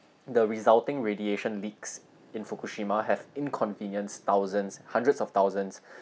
the resulting radiation leaks in fukushima have inconvenienced thousands hundreds of thousands